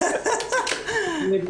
אני,